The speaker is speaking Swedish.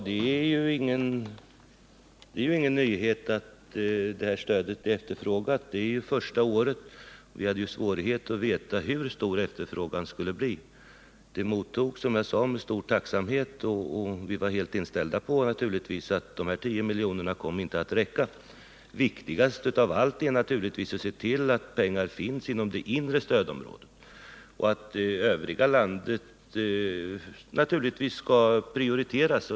Herr talman! Det är ingen nyhet att det här stödet är efterfrågat. Det är ju första året som det utbetalas, och vi hade svårigheter med att få veta hur stor efterfrågan skulle bli. Stödet mottogs, som jag sade, med stor tacksamhet, och vi var naturligtvis inställda på att de 10 miljonerna inte skulle komma att räcka till. Viktigast av allt är givetvis att se till att det finns pengar till det inre stödområdet och att även glesbygder i övriga delar av landet naturligtvis skall prioriteras.